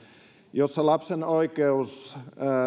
jossa lapsen oikeus